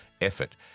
effort